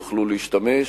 יוכלו להשתמש